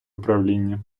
управління